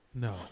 No